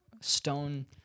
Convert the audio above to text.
stone –